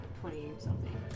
twenty-something